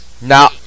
Now